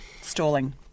stalling